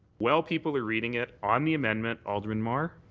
while people are reading it, on the amendment, alderman mar.